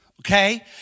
Okay